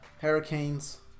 Hurricanes